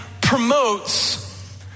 promotes